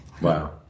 Wow